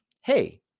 Hey